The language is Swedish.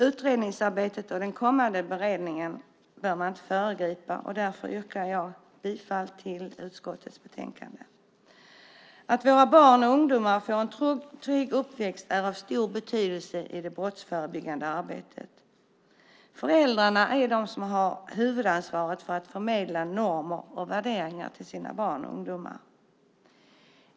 Utredningsarbetet och den kommande beredningen bör man inte föregripa, och därför yrkar jag bifall till förslaget i utskottets betänkande. Att våra barn och ungdomar får en trygg uppväxt är av stor betydelse i det brottsförebyggande arbetet. Föräldrarna har huvudansvaret för att förmedla normer och värderingar till sina barn och ungdomar.